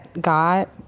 God